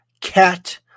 Cat